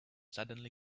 suddenly